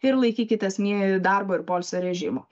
ir laikykitės mie darbo ir poilsio režimo